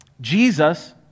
Jesus